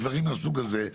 בדברים מהסוג הזה.